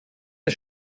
der